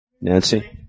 nancy